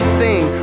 sing